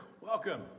welcome